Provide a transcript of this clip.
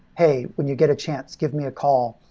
hey, when you get a chance, give me a call.